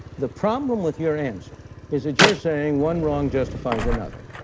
the problem with your answer is that you're saying one wrong justifies another.